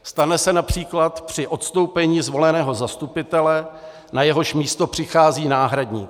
Stane se například při odstoupení zvoleného zastupitele, na jehož místo přichází náhradník.